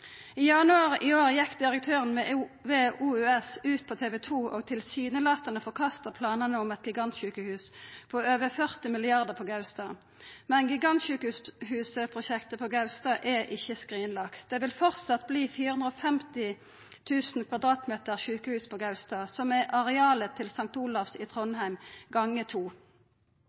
I januar i år gjekk direktøren ved OUS ut på TV 2 og tilsynelatande forkasta planane om eit gigantsjukehus til over 43 mrd. kr på Gaustad. Men gigantsjukehusprosjektet på Gaustad er ikkje skrinlagt. Det vil framleis verta 450 000 kvadratmeter sjukehus på Gaustad, noko som er arealet til St. Olavs Hospital i Trondheim gonga med to.